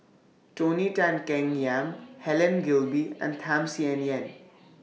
Tony Tan Keng Yam Helen Gilbey and Tham Sien Yen